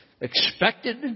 expected